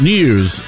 News